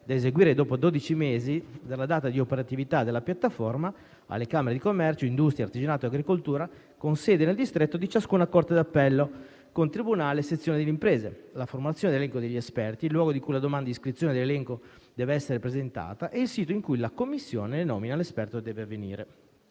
da eseguire dopo dodici mesi dalla data di operatività della piattaforma, alle camere di commercio, industria, artigianato e agricoltura con sede nel distretto di ciascuna corte d'appello con tribunale sezione imprese, la formazione dell'elenco degli esperti, il luogo in cui la domanda di iscrizione nell'elenco deve essere presentata e il sito in cui la commissione che nomina l'esperto deve avvenire.